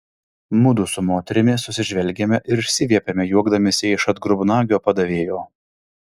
mudu su moterimi susižvelgėme ir išsiviepėme juokdamiesi iš atgrubnagio padavėjo